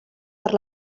per